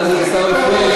חבר הכנסת עיסאווי פריג',